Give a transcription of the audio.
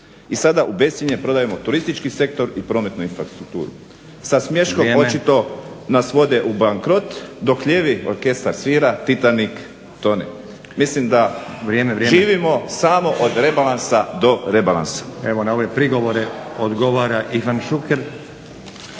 I sada u bescjenje prodajemo turistički sektor i prometnu infrastrukturu. Sa smiješkom očito nas vode u bankrot dok lijevi orkestar svira Titanic tone. Mislim da živimo samo od rebalansa do rebalansa.